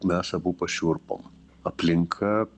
mes abu pašiurpom aplinka